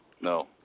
No